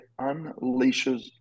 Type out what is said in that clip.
unleashes